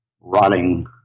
rotting